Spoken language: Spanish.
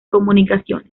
comunicaciones